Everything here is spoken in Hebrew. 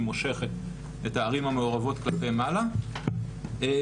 היא מושכת את הערים המעורבות כלפי מעלה ואני